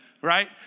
right